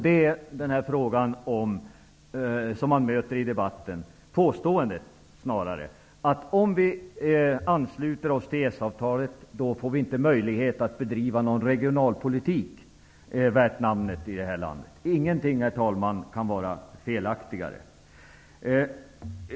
Det är påståendet att om vi ansluter oss till EES-avtalet, får vi inte möjlighet att bedriva någon regionalpolitik värd namnet i det här landet. Ingenting, herr talman, kan vara felaktigare.